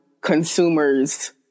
consumers